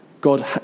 God